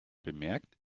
bemerkt